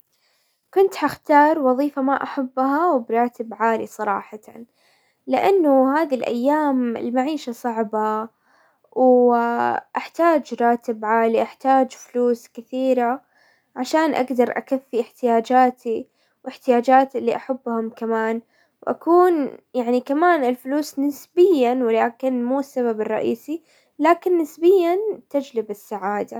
كنت حختار وظيفة ما احبها وبراتب عالي صراحة، لانه هذي الايام المعيشة صعبة. احتاج راتب عالين احتاج فلوس كثيرة عشان اقدر اكفي احتياجاتي واحتياجات اللي احبهم كمان، واكون يعني كمان الفلوس نسبيا ولكن مو السبب الرئيسي، لكن نسبيا تجلب السعادة.